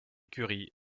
curie